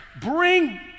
bring